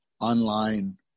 online